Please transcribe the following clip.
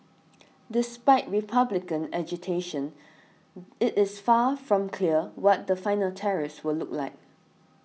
despite Republican agitation it is far from clear what the final tariffs will look like